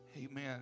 amen